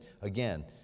again